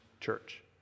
church